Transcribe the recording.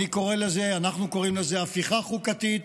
אני קורא לזה, אנחנו קוראים לזה הפיכה חוקתית,